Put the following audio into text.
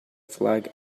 flag